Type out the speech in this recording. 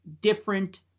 different